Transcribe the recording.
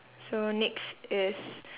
so next is